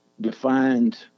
defined –